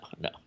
no